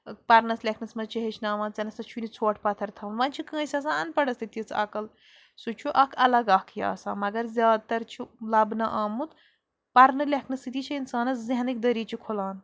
پَرنَس لیکھنَس منٛز چھِ ہیٚچھناوان ژےٚ نَہ سا چھُے نہٕ ژھۄٹھ پَتھر تھاوُن وۄنۍ چھُ کٲنٛسہِ آسان اَن پَڑس تہِ تِژھ عقل سُہ چھُ اَکھ اَلگ اَکھ یہِ آسان مگر زیادٕ تَر چھُ لَبنہٕ آمُت پَرنہٕ لیکھنہٕ سۭتی چھِ اِنسانَس ذہنٕکۍ دٔریٖچہٕ کھُلان